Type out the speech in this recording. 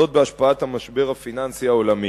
זאת בהשפעת המשבר הפיננסי העולמי.